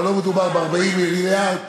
אבל לא מדובר ב-40 מיליארד,